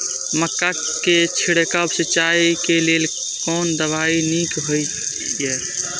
मक्का के छिड़काव सिंचाई के लेल कोन दवाई नीक होय इय?